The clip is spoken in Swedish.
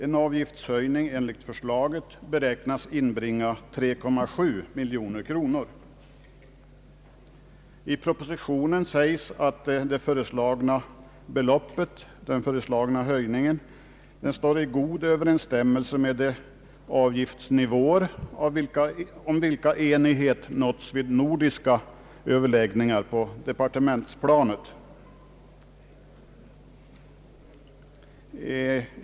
En avgiftshöjning enligt förslaget beräknas inbringa 3,7 miljoner kronor. I propositionen sägs att den föreslagna höjningen står i god överensstämmelse med de avgiftsnivåer om vilka enighet har nåtts vid nordiska överläggningar på departementsplanet.